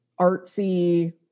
artsy